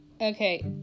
Okay